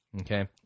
Okay